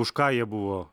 už ką jie buvo